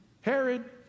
Herod